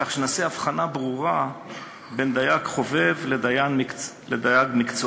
כך שנעשה הבחנה ברורה בין דייג חובב לדייג מקצוען,